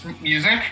Music